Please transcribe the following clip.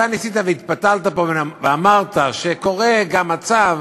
אתה ניסית והתפתלת פה ואמרת שקורה גם מצב,